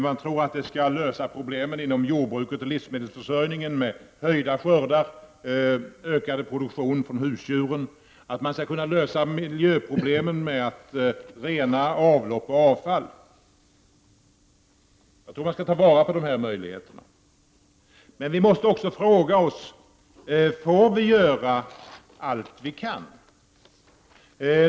Man tror att det skall lösa problemen inom jordbruket och livsmedelsförsörjningen med ökade skördar och ökad produktion från husdjuren, att det skall kunna lösa miljöproblemen med att rena avlopp och avfall. Jag tror att man skall ta vara på de här möjligheterna, men vi måste också fråga oss: Får vi göra allt vi kan?